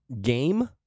game